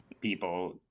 people